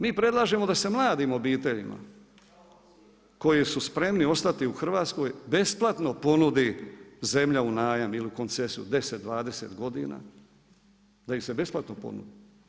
Mi predlažemo da se mladim obiteljima, koji su spremni ostati u Hrvatskoj, besplatno ponudi zemlja u najam ili u koncesiju, 10, 20 godina, da ih se besplatno ponudi.